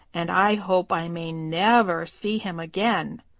and i hope i may never see him again.